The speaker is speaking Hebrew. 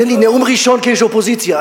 תן לי נאום ראשון כאיש אופוזיציה.